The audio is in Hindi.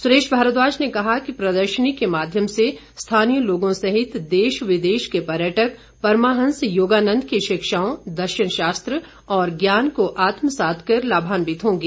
सुरेश भारद्वाज ने कहा कि प्रदर्शनी के माध्यम से स्थानीय लोगों सहित देश विदेश के पर्यटक परमाहंस योगानंद की शिक्षाओं दर्शनशास्त्र और ज्ञान को आत्मसात कर लाभान्वित होंगे